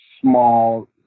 small